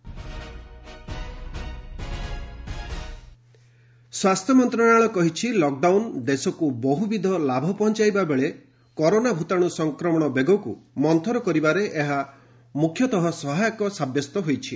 lockdown health ministry ସ୍ୱାସ୍ଥ୍ୟ ମନ୍ତ୍ରଣାଳୟ କହିଛି ଲକଡାଉନ୍ ଦେଶକୁ ବହୁବିଧ ଲାଭ ପହଞ୍ଚାଇଥିବା ବେଳେ କରୋନା ଭୂତାଣୁ ସଂକ୍ରମଣ ବେଗକୁ ମନ୍ଚର କରିବାରେ ଏହା ମୁଖ୍ୟତଃ ସହାୟକ ସାବ୍ୟସ୍ତ ହୋଇଛି